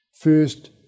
first